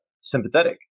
sympathetic